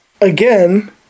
again